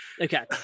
Okay